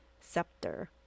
scepter